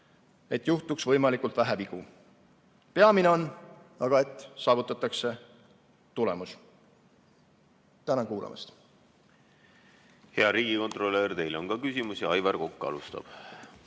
et juhtuks võimalikult vähe vigu. Peamine on aga, et saavutatakse tulemus. Tänan kuulamast! Hea riigikontrolör, teile on ka küsimusi. Aivar Kokk alustab.